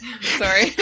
Sorry